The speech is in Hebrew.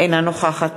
אינה נוכחת